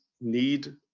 need